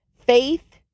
faith